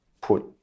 put